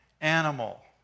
animal